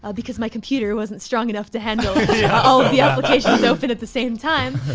ah because my computer wasn't strong enough to handle all the applications open at the same time.